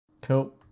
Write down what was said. Cool